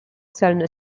celny